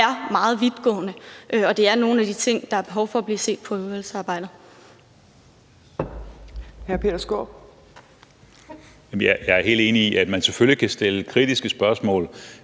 vi er meget vidtgående, og det er nogle af de ting, som der er behov for bliver set på i udvalgsarbejdet.